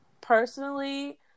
personally